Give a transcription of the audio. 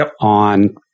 on